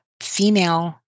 female